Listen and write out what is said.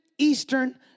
eastern